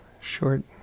short